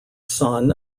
son